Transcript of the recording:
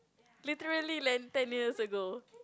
literally lane ten years ago